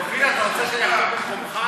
אופיר, אתה רוצה שאני, במקומך?